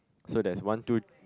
so there is one two